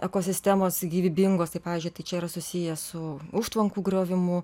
ekosistemos gyvybingos tai pavyzdžiui tai čia yra susiję su užtvankų griovimu